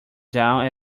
down